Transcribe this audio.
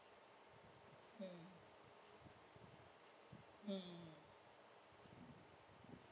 mm mm